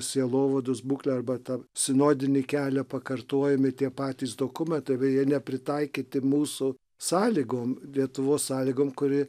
sielovados būklę arba tą sinodinį kelią pakartojami tie patys dokumentai beje nepritaikyti mūsų sąlygom lietuvos sąlygom kuri